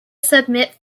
submit